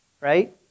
right